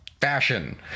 fashion